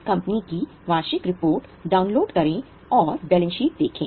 उस कंपनी की वार्षिक रिपोर्ट डाउनलोड करें और बैलेंस शीट देखें